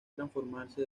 transformarse